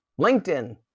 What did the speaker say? LinkedIn